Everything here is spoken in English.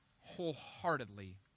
wholeheartedly